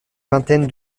vingtaine